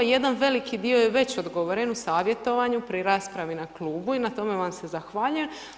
Jedan veliki dio je već odgovoren u savjetovanju pri raspravi na klubu i na tome vam se zahvaljujem.